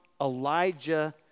Elijah